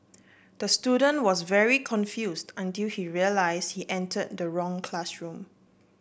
the student was very confused until he realise he enter the wrong classroom